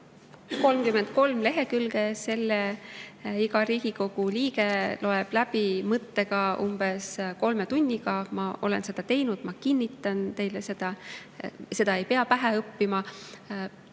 33 lehekülge. Selle loeb iga Riigikogu liige mõttega läbi umbes kolme tunniga. Ma olen seda teinud, ma kinnitan teile seda. Seda ei pea pähe õppima.